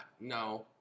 no